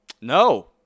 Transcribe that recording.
no